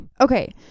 Okay